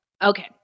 Okay